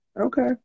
Okay